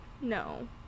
No